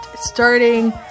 starting